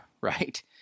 right